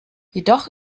jedoch